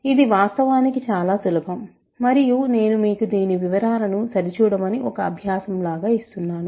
ఇది వాస్తవానికి చాలా సులభం మరియు నేను మీకు దీని వివరాలను సరిచూడమని ఒక అభ్యాసం లాగా ఇస్తున్నాను